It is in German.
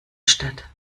statt